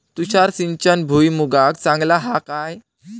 तुषार सिंचन भुईमुगाक चांगला हा काय?